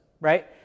right